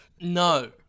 No